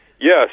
Yes